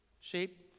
shape